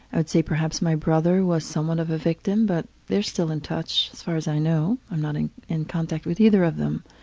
i would say perhaps my brother was somewhat of a victim, but they're still in touch, as far as i know. i'm not in in contact with either of them.